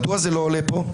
מדוע זה לא עולה פה?